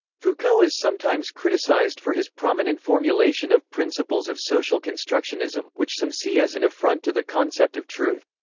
foucault is sometimes criticized for his prominent formulation of principles of social constructionism, which some see as an affront to the concept of truth.